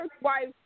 wife